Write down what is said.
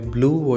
Blue